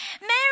Mary